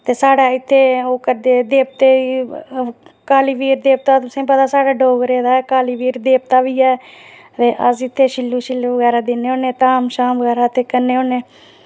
ते साढ़े इत्थै ओह् करदे देवतें ई कालीबीर देवता तुसेंगी पता साढ़े डोगरें दा कालीबीर देवता बी ऐ ते अस इत्थै छिल्लु छिल्लु बगैरा दिन्ने होन्ने धाम बगैरा करने होन्ने